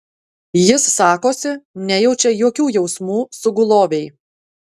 jis sakosi nejaučia jokių jausmų sugulovei